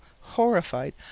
horrified